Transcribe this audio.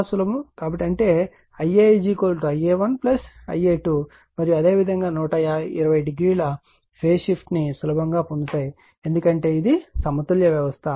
కాబట్టి అంటే Ia Ia1 Ia2 మరియు అదేవిధంగా 120 o ఫేజ్ షిఫ్ట్ ను సులభంగా పొందగలవు ఎందుకంటే ఇది సమతుల్య వ్యవస్థ